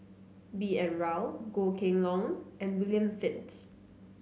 B N Rao Goh Kheng Long and William Flint